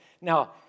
Now